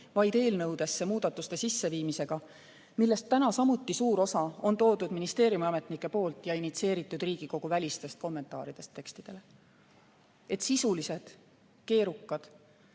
vaid eelnõudesse muudatuste sisseviimisega, millest täna samuti suur osa on toodud ministeeriumiametnike poolt ja initsieeritud Riigikogu välistest kommentaaridest tekstidele. Et sisulised, keerukad